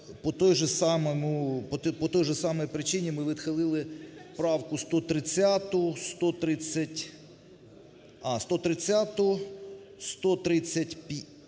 по тій же самій причині ми відхилили правку 130…